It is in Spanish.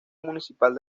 municipal